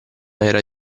era